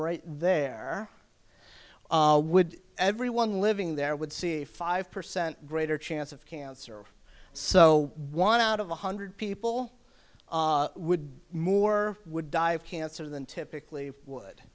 right there would everyone living there would see a five percent greater chance of cancer so one out of one hundred people would more would die of cancer than typically would